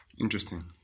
Interesting